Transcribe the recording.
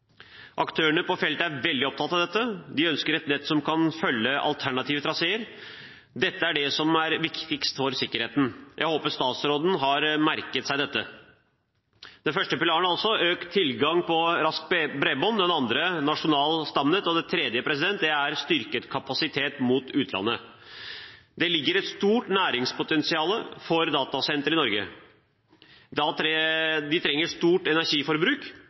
Aktørene på feltet er veldig opptatt av dette. De ønsker et nett som kan følge alternative traséer. Det er dette som er viktigst for sikkerheten. Jeg håper statsråden har merket seg dette. Den første pilaren var altså økt tilgang på raskt bredbånd, den andre pilaren nasjonalt stamnett, og den tredje pilaren er styrket kapasitet mot utlandet. Det ligger et stort næringspotensial for datasentre i Norge. De trenger stort energiforbruk